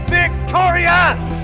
victorious